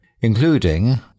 including